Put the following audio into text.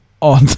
on